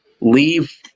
leave